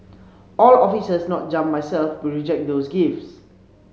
all officers not jump myself will reject those gifts